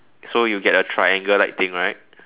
so you get a triangle like thing right